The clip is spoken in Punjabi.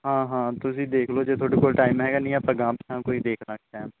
ਹਾਂ ਹਾਂ ਤੁਸੀਂ ਦੇਖ ਲਓ ਜੇ ਤੁਹਾਡੇ ਕੋਲ ਟਾਈਮ ਹੈਗਾ ਨਹੀਂ ਆਪਾਂ ਅਗਾਂਹ ਪਛਾਂਹ ਕੋਈ ਦੇਖ ਲਾਂਗੇ ਟਾਈਮ